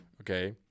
okay